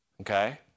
Okay